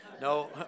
No